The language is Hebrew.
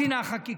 אז הינה החקיקה.